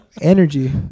Energy